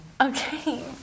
Okay